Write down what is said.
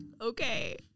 Okay